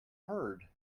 heard